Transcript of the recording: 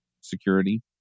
security